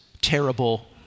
terrible